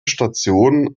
stationen